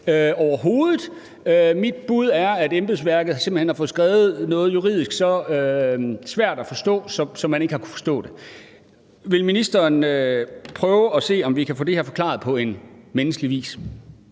overhovedet. Mit bud er, at embedsværket simpelt hen har fået skrevet noget så juridisk svært at forstå, så man ikke har kunnet forstå det. Vil ministeren prøve at se, om vi kan få det her forklaret på en menneskelig måde?